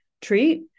treat